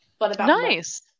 Nice